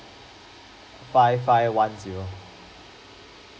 five five one zero